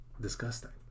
disgusting